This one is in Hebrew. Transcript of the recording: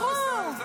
ברור.